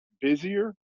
busier